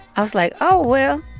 i was like, oh, well.